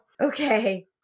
Okay